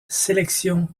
sélections